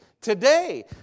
today